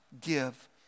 give